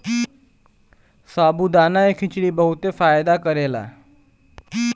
साबूदाना के खिचड़ी बहुते फायदा करेला